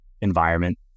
environment